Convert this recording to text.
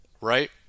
right